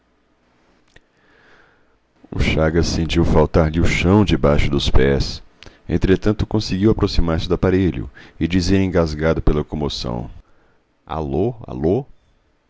o chagas sentiu faltar-lhe o chão debaixo dos pés entretanto conseguiu aproximar-se do aparelho e dizer engasgado pela comoção alô